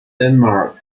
denmark